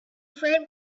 friend